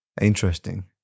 Interesting